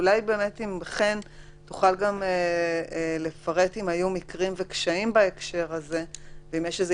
אולי חן תוכל לפרט אם היו מקרים וקשיים בהקשר הזה ואם יש איזושהי